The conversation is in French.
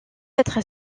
être